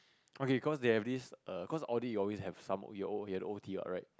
okay cause they have this err cause audit you always have some your your you have to O_T right